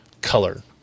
color